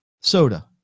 Soda